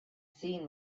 scene